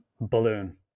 balloon